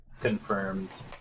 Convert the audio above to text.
confirmed